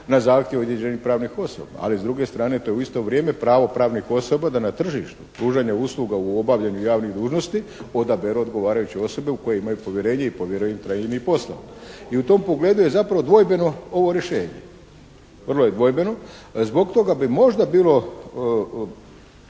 na zahtjev određenih pravnih osoba, ali s druge strane to je u isto vrijeme pravo pravnih osoba da na tržištu pružanja usluga u obavljanju javnih dužnosti odaberu odgovarajuće osobe u koje imaju povjerenje i …/Govornik se ne razumije./… posla i u tom pogledu je zapravo dvojbeno ovo rješenje. Vrlo je dvojbeno. Zbog toga bi možda bilo